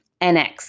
NX